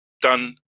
done